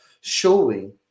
showing